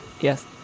Yes